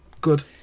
good